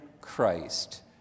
Christ